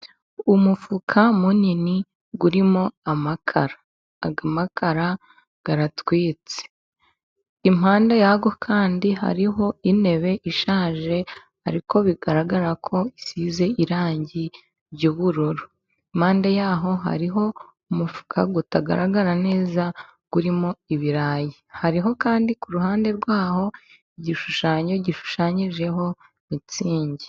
Umufuka munini urimo amakara. Aya makara aratwitse. Impande yayo kandi hariho intebe ishaje, ariko bigaragara ko isize irangi ry'ubururu. Impande yaho hariho umufuka utagaragara neza, urimo ibirayi. Hariho kandi ku ruhande rwaho igishushanyo gishushanyijeho mitsingi.